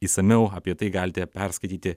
išsamiau apie tai galite perskaityti